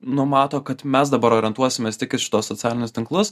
numato kad mes dabar orientuosimės tik į šituos socialinius tinklus